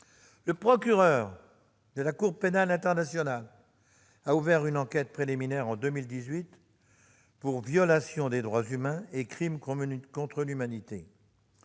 Le procureur de la Cour pénale internationale a ouvert une enquête préliminaire en 2018 pour violations des droits humains et crimes contre l'humanité.